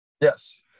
Yes